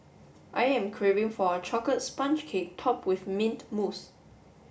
I am craving for a chocolate sponge cake topped with mint mousse